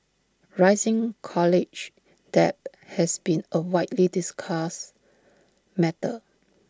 rising college debt has been A widely discussed matter